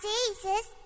Jesus